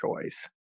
choice